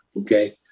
okay